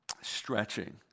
stretching